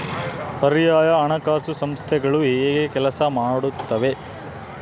ಪರ್ಯಾಯ ಹಣಕಾಸು ಸಂಸ್ಥೆಗಳು ಹೇಗೆ ಕೆಲಸ ಮಾಡುತ್ತವೆ?